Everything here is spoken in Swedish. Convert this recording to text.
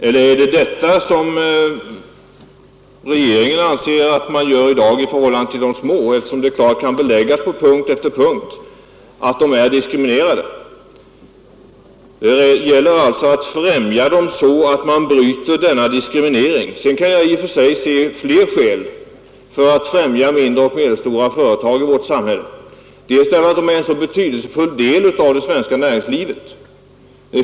Eller är det detta som regeringen anser att man gör i dag i förhållande till de små eftersom det klart kan beläggas på punkt efter punkt att de små företagen inte likabehandlas? Det gäller alltså att främja dem så att man bryter denna olika behandling och diskriminering. Jag kan i och för sig se flera skäl för att främja mindre och medelstora företag i vårt samhälle. De utgör en betydelsefull del av det svenska näringslivet.